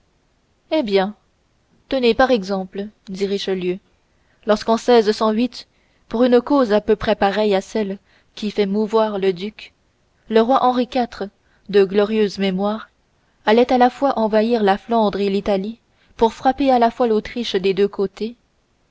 eh bien tenez par exemple dit richelieu lorsqu'on seize cent huit pour une cause à peu près pareille à celle qui fait mouvoir le duc le roi henri iv de glorieuse mémoire allait à la fois envahir les flandres et l'italie pour frapper à la fois l'autriche des deux côtés